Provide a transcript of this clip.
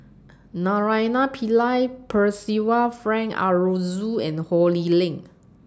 Naraina Pillai Percival Frank Aroozoo and Ho Lee Ling